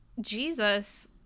Jesus